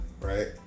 Right